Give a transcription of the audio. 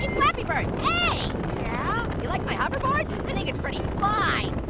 flappy bird, hey? yeah? you like my hover board. i think it's pretty fly.